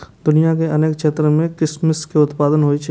दुनिया के अनेक क्षेत्र मे किशमिश के उत्पादन होइ छै